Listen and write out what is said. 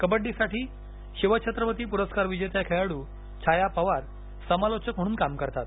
कबड्डीसाठी शिव छत्रपती पुरस्कार विजेत्या खेळाड्र छाया पवार समालोचक म्हणून काम करतात